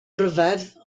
ryfedd